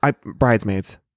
Bridesmaids